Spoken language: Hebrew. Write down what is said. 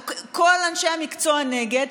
כל אנשי המקצוע נגד,